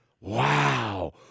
Wow